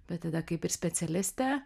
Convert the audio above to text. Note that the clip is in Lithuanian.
bet tada kaip ir specialistę